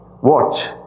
Watch